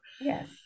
Yes